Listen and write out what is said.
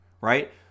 right